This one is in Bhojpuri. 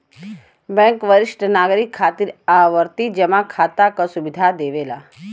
बैंक वरिष्ठ नागरिक खातिर आवर्ती जमा खाता क सुविधा देवला